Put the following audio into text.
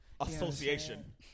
Association